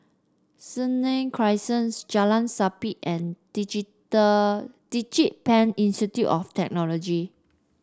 Senang Crescent Jalan Sabit and DigiPen Institute of Technology